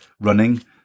running